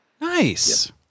Nice